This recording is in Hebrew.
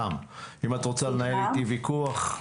אם את רוצה לנהל איתי ויכוח.